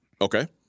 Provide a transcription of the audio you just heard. Okay